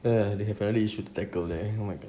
err they have another issue to tackle there oh my god